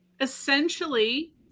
essentially